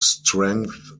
strength